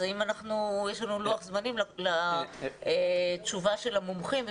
אז האם יש לנו לוח זמנים לתשובה של המומחים,